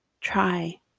Try